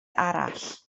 arall